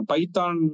Python